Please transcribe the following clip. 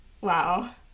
Wow